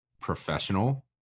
professional